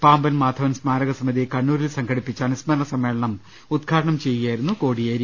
പാമ്പൻ മാധവൻ സ്മാരകസമിതി കണ്ണൂരിൽ സംഘടി പ്പിച്ച അനുസ്മരണ സമ്മേളനം ഉദ്ഘാടനം ചെയ്യുകയായിരുന്നു കോടിയേരി